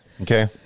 Okay